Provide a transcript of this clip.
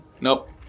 Nope